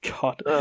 God